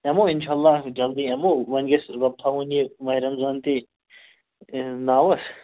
ہٮ۪مو انشا اللہ جلدی ہٮ۪مو وۅنۍ گٔژھِ رۄب تھاوُن یہِ ماہِ رمضان تہِ إٔہٕنٛدِ ناوس